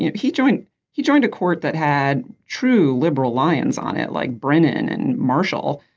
you know he joined he joined a court that had true liberal lions on it like brennan and marshall.